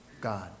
God